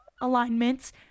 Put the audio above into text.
alignments